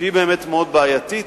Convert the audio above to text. שהוא באמת מאוד בעייתי.